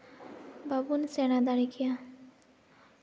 ᱵᱟᱵᱚᱱ ᱥᱮᱬᱟ ᱫᱟᱲᱮ ᱠᱮᱭᱟ